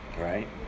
Right